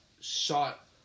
shot